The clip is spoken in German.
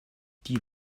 die